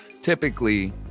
typically